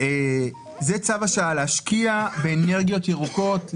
זה צו השעה, להשקיע באנרגיות ירוקות.